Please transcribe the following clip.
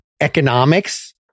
economics